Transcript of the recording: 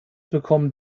bekommen